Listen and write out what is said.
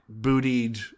bootied